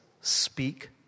speak